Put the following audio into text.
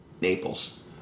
Naples